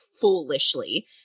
foolishly